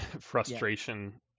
frustration